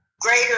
greater